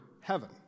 heaven